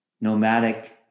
nomadic